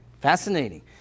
Fascinating